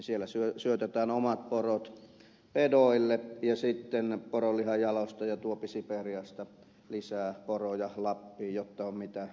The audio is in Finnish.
siellä syötetään omat porot pedoille ja sitten poronlihanjalostaja tuo siperiasta lisää poroja lappiin jotta on mitä jalostaa